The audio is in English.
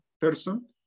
person